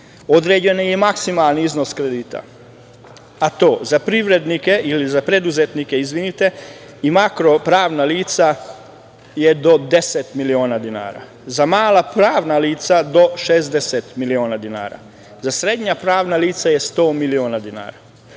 je i maksimalni iznos kredita, a to za privrednike ili za preduzetnike i makro pravna lica je do deset miliona dinara, za mala pravna lica do 60 miliona dinara, za srednja pravna lica je 100 miliona dinara.